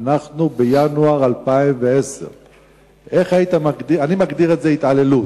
אנחנו בינואר 2010. אני מגדיר את זה התעללות,